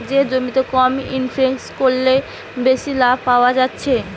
যে জমিতে কম ইনভেস্ট কোরে বেশি লাভ পায়া যাচ্ছে